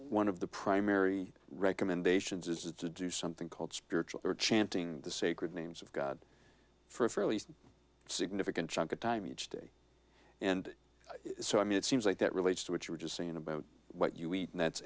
one of the primary recommendations is to do something called spiritual or chanting the sacred names of god for a fairly significant chunk of time each day and so i mean it seems like that relates to what you were just saying about what you eat and that's